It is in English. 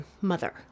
mother